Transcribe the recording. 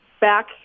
back